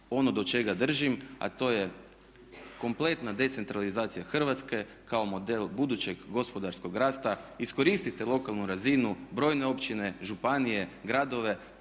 ono do čega držim, a to je kompletna decentralizacija Hrvatske kao model budućeg gospodarskog rasta. Iskoriste lokalnu razinu, brojne općine, županije, gradove